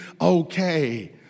okay